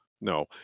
no